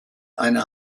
eine